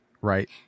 Right